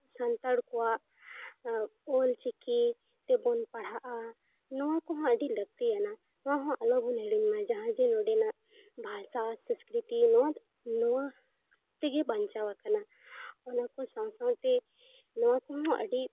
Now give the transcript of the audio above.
ᱥᱟᱱᱛᱟᱲ ᱠᱚᱣᱟᱜ ᱚᱞ ᱪᱤᱠᱤ ᱛᱮᱵᱚᱱ ᱯᱟᱲᱦᱟᱜᱼᱟ ᱱᱚᱣᱟ ᱠᱚᱦᱚᱸ ᱟᱹᱰᱤ ᱞᱟᱹᱠᱛᱤᱭᱟᱱᱟ ᱱᱚᱣᱟ ᱦᱚᱸ ᱟᱞᱚᱵᱚᱱ ᱦᱤᱲᱤᱧᱢᱟ ᱡᱟᱦᱟᱸ ᱡᱮ ᱱᱚᱰᱮᱱᱟᱜ ᱵᱷᱟᱥᱟ ᱥᱮ ᱥᱚᱥᱠᱨᱤᱛᱤ ᱱᱚᱣᱟ ᱫᱚ ᱱᱚᱣᱟ ᱛᱮᱜᱮ ᱵᱟᱧᱪᱟᱣᱟᱠᱟᱱᱟ ᱚᱱᱟ ᱠᱚ ᱥᱟᱶ ᱥᱟᱶᱛᱮ ᱱᱚᱣᱟ ᱠᱚᱦᱚᱸ ᱟᱹᱰᱤ